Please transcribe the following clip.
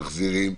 מחזירים.